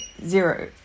zero